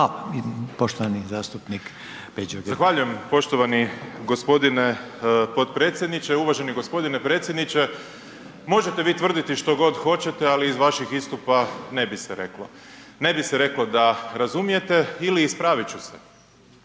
**Grbin, Peđa (SDP)** Zahvaljujem poštovani gospodine potpredsjedniče. Uvaženi gospodine predsjedniče. Možete vi tvrditi što god hoćete, ali iz vaših istupa ne bi se reklo. Ne bi se reklo da razumijete ili ispravit ću se,